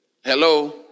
Hello